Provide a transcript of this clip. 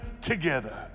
together